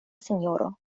sinjoro